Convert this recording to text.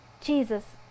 Jesus